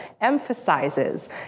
emphasizes